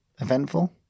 eventful